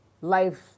life